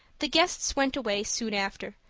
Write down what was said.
the guests went away soon after,